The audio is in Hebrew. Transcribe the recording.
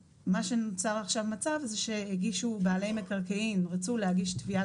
נוצר עכשיו מצב שבעלי מקרקעין רצו להגיש תביעה